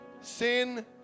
sin